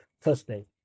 thursday